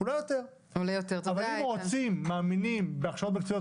אבל אם מאמינים בהכשרות מקצועיות,